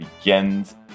begins